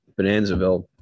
Bonanzaville